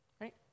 Right